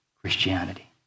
Christianity